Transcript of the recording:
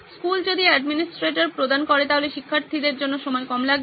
school যদি administrator প্রদান করে তাহলে শিক্ষার্থীদের জন্য সময় কম লাগে